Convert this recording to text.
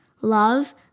love